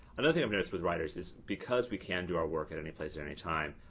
another thing i've noticed with writers is because we can do our work at any place at any time,